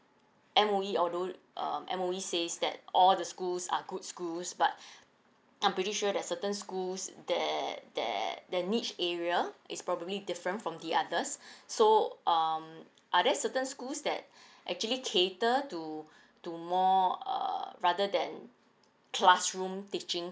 M_O_E although um M_O_E says that all the schools are good schools but I'm pretty sure that certain schools that that the niche area is probably different from the others so um are there certain schools that actually cater to to more err rather than classroom teaching